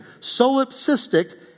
Solipsistic